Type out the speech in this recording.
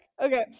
okay